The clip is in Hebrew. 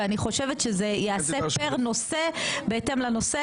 ואני חושבת שזה יעשה פר נושא בהתאם לנושא,